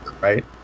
Right